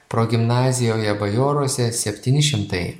progimnazijoje bajoruose septyni šimtai